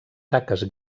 taques